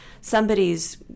somebody's